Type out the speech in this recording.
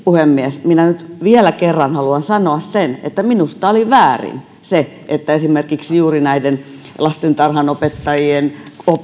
puhemies minä nyt vielä kerran haluan sanoa sen että minusta oli väärin se että esimerkiksi juuri näiden lastentarhanopettajien